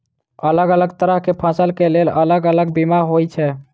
अलग अलग तरह केँ फसल केँ लेल अलग अलग बीमा होइ छै?